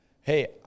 hey